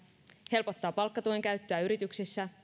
helpottaa palkkatuen käyttöä yrityksissä